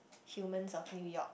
Humans-of-New-York